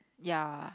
ya